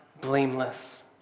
blameless